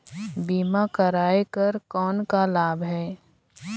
बीमा कराय कर कौन का लाभ है?